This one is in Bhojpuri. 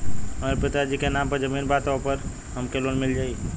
हमरे पिता जी के नाम पर जमीन बा त ओपर हमके लोन मिल जाई?